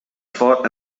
fought